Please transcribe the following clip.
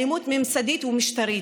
אלימות ממסדית ומשטרית,